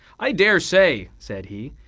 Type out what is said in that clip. i dare say, said he,